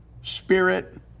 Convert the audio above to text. spirit